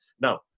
Now